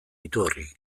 iturri